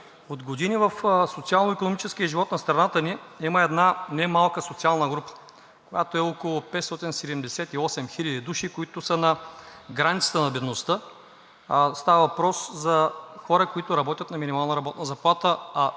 От години в социално-икономическия живот на страната ни има една немалка социална група, която е около 578 хиляди души, които са на границата на бедността. Става въпрос за хора, които работят на минимална работна заплата, а